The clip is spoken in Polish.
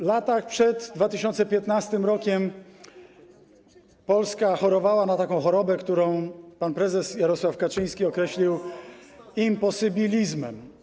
W latach przed 2015 r. Polska chorowała na taką chorobę, którą pan prezes Jarosław Kaczyński określił imposybilizmem.